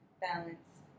balance